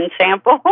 sample